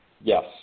yes